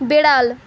বেড়াল